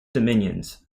dominions